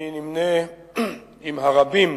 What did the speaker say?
אני נמנה עם הרבים